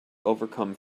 overcome